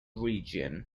region